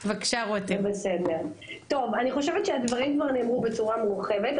אני חושבת שהדברים כבר נאמרו בצורה מורחבת,